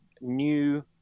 new